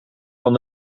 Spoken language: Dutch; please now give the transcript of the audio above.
van